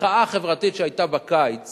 המחאה החברתית שהיתה בקיץ